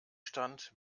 stand